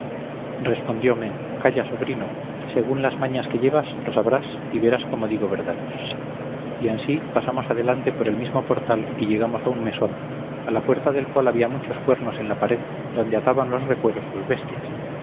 respondióme calla sobrino según las mañas que llevas lo sabrás y verás como digo verdad y ansí pasamos adelante por el mismo portal y llegamos a un mesón a la puerta del cual había muchos cuernos en la pared donde ataban los recueros sus bestias